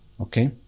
Okay